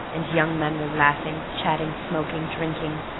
and young men were laughing, chatting, smoking, drinking,